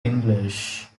english